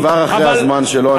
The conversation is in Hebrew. אראל, הוא כבר אחרי הזמן שלו.